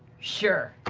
sure.